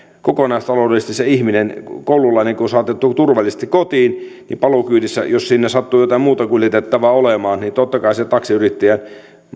kun se koululainen on saatettu turvallisesti kotiin niin kokonaistaloudellisesti paluukyydissä jos siinä sattuu jotain muuta kuljetettavaa olemaan totta kai sen taksiyrittäjän